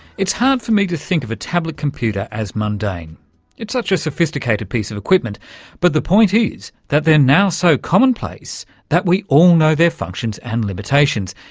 it's hard for me to think of a tablet computer as mundane it's such a sophisticated piece of equipment but the point is that they're now so commonplace that we all know their functions and limitations.